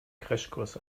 crashkurs